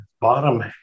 bottom